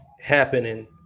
happening